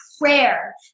prayer